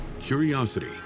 curiosity